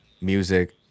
music